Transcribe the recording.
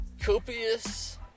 Copious